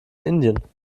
indien